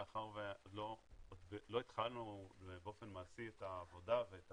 מאחר ולא התחלנו באופן מעשי את העבודה ואת